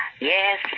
Yes